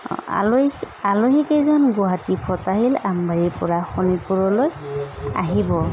আলহী আলহীকেইজন গুৱাহাটীৰ ফতাশিল আমবাৰীৰ পৰা শোণিতপুৰলৈ আহিব